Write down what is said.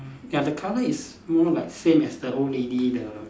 ya the colour is more like same as the old lady the